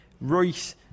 Royce